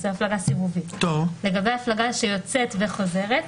לגבי הפלגה שיוצאת וחוזרת,